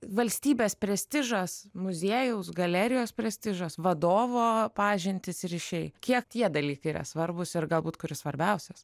valstybės prestižas muziejaus galerijos prestižas vadovo pažintys ryšiai kiek tie dalykai yra svarbūs ir galbūt kuris svarbiausias